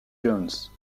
jones